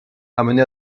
amené